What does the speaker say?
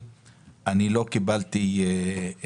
אני מתכבד לפתוח את ישיבת